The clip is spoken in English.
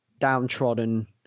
downtrodden